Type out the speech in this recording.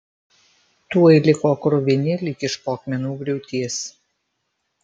tuoj liko kruvini lyg iš po akmenų griūties